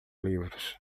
livros